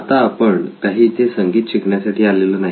आता आपण काही इथे संगीत शिकण्यासाठी आलेलो नाही